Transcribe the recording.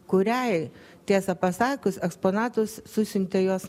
kuriai tiesą pasakius eksponatus susiuntė jos